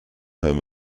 home